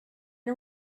are